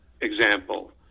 example